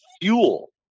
fuel